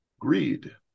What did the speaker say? greed